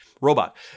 robot